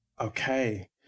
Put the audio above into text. Okay